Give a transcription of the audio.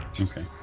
Okay